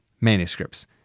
manuscripts